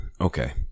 okay